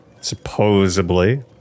supposedly